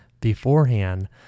beforehand